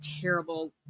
terrible